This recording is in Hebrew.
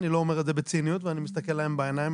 אני לא אומר את זה בציניות ואני מסתכל להם בעיניים.